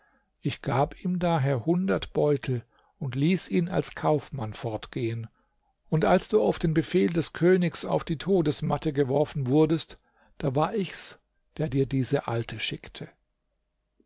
ich gab ihm daher hundert beutel und ließ ihn als kaufmann fortgehen und als du auf den befehl des königs auf die todesmatte geworfen wurdest da war ich's der dir diese alte schickte